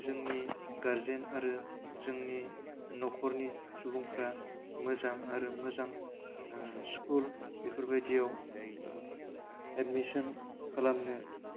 जोंनि गारजेन आरो जोंनि न'खरनि सुबुंफ्रा मोजां आरो मोजां ओह स्कुल बेफोरबायदियाव ओह एडमिसन खालामनो